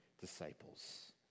disciples